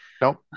Nope